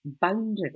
boundaries